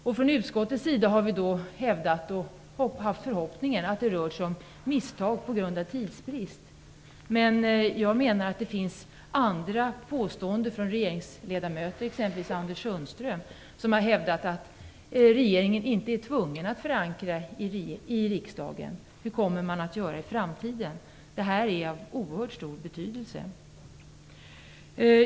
Vi i utskottet har uttalat - och hoppats - att det har rört sig om misstag på grund av tidsbrist, men jag menar att det finns andra uttalanden av regeringsledamöter som tyder på någonting annat. Anders Sundström har exempelvis hävdat att regeringen inte är tvungen att i riksdagen förankra sina ställningstaganden. Hur kommer man att göra i framtiden? Det är av oerhört stor betydelse.